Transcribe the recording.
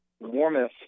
warmest